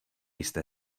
jste